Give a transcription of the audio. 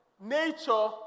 nature